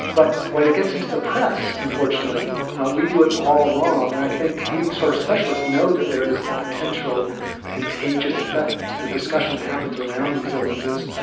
but when it gets into the press unfortunately we do it all wrong, and i think eating disorder specialists know that there is a potential contagious effect to the discussion that happens around these illnesses,